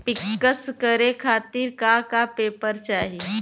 पिक्कस करे खातिर का का पेपर चाही?